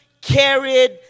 carried